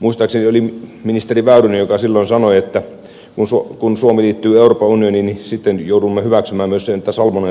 muistaakseni se oli ministeri väyrynen joka silloin näin sanoi että kun suomi liittyy euroopan unioniin niin sitten joudumme hyväksymään myös sen että salmonella leviää tänne maahan